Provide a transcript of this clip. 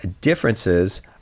differences